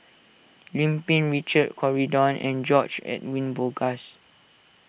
Lim Pin Richard Corridon and George Edwin Bogaars